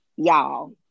y'all